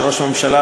של ראש ממשלה,